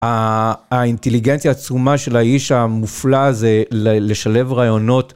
האינטליגנציה העצומה של האיש המופלא הזה לשלב רעיונות.